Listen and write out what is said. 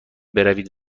بروید